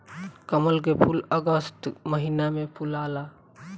कमल के फूल अगस्त महिना में फुलाला